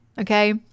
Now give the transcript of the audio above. Okay